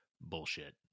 bullshit